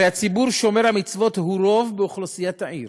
הרי הציבור שומר המצוות הוא רוב באוכלוסיית העיר.